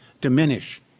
diminish